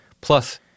plus